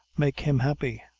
make him happy!